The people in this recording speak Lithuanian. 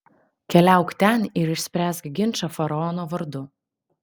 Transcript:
keliauk ten ir išspręsk ginčą faraono vardu